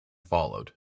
followed